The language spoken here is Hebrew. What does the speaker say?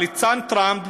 הליצן טראמפ,